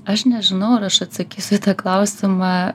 aš nežinau ar aš atsakysiu į tą klausimą